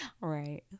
Right